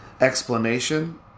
Explanation